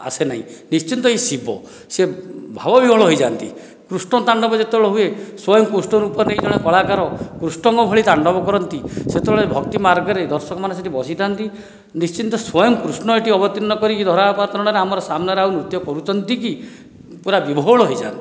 ଆସେ ନାହିଁ ନିଶ୍ଚିତ ଏ ଶିବ ସେ ଭାବ ବିଭୋଳ ହୋଇଯାନ୍ତି କୃଷ୍ଣ ତାଣ୍ଡବ ଯେତେବେଳେ ହୁଏ ସ୍ୱୟଂ କୃଷ୍ଣ ରୂପ ନେଇକି ଜଣେ କଳାକାର କୃଷ୍ଣଙ୍କ ଭଳି ତାଣ୍ଡବ କରନ୍ତି ସେତେବେଳେ ଭକ୍ତି ମାର୍ଗରେ ଦର୍ଶକମାନେ ସେଠି ବସିଥାନ୍ତି ନିଶ୍ଚିତ ସ୍ୱୟଂ କୃଷ୍ଣ ଏଠି ଅବତୀର୍ଣ୍ଣ କରି ଧରା ଅବତାରିଣ ରେ ଆମ ସାମ୍ନାରେ ଆଉ ନୃତ୍ୟ କରୁଛନ୍ତି କି ପୁରା ବିଭୋଳ ହୋଇଯାନ୍ତି